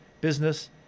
business